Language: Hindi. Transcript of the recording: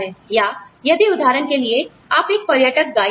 या यदि उदाहरण के लिए आप एक पर्यटक गाइड हैं